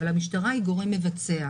אבל המשטרה היא גורם מבצע.